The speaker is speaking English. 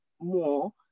more